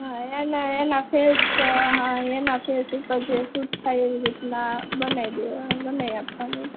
હા એને એના ફેસ હા એના ફેસ ઉપર જે શૂટ થાય એવી રીતના બનાવી દેવા બનાવી આપવાનું એમ